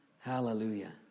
Hallelujah